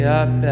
up